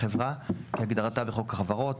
"חברה" כהגדרתה בחוק החברות,